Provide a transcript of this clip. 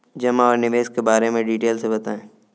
जमा और निवेश के बारे में डिटेल से बताएँ?